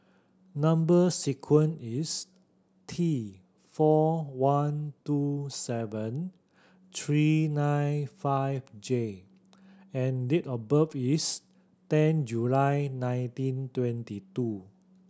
number sequence is T four one two seven three nine five J and date of birth is ten July nineteen twenty two